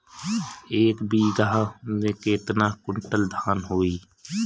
एक बीगहा में केतना कुंटल धान होई?